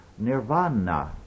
Nirvana